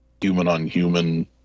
human-on-human